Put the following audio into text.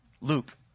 Luke